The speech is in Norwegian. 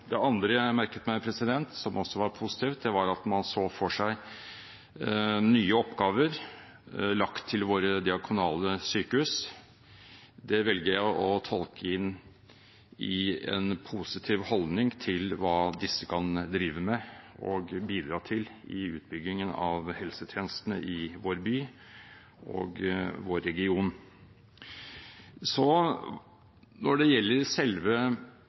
Det andre jeg merket meg som også var positivt, var at man så for seg nye oppgaver lagt til våre diakonale sykehus. Det velger jeg å tolke som en positiv holdning til hva disse kan drive med og bidra til i utbyggingen av helsetjenestene i vår by og vår region. Når det gjelder selve